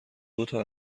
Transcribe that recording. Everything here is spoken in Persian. دوتا